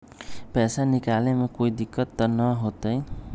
पैसा निकाले में कोई दिक्कत त न होतई?